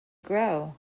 grow